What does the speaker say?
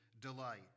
delight